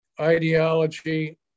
ideology